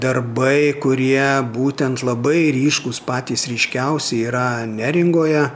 darbai kurie būtent labai ryškūs patys ryškiausi yra neringoje